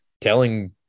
telling